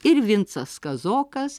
ir vincas kazokas